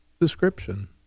description